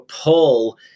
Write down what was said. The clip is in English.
pull